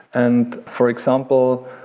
and for example,